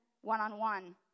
one-on-one